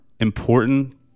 important